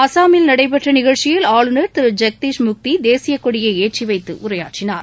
அஸ்ஸாமில் நடைபெற்ற நிகழ்ச்சியில் ஆளுநர் திரு ஜெக்தீஷ் முக்தி தேசியக்கொடியை ஏற்றிவைத்து உரையாற்றினார்